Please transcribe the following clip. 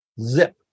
Zip